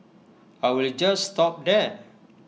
I will just stop there